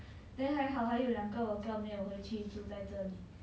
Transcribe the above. then 还好还有两个 worker 没有回去住在这里